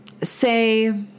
Say